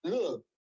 look